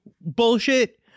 bullshit